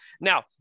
now